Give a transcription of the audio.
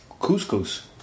couscous